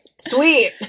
Sweet